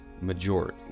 majority